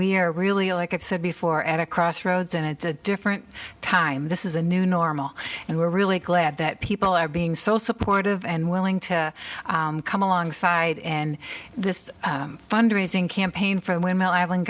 we are really like i've said before at a crossroads and it's a different time this is a new normal and we're really glad that people are being so supportive and willing to come alongside in this fundraising campaign from women i